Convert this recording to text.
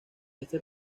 este